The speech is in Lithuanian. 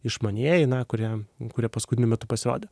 išmanieji na kurie kurie paskutiniu metu pasirodė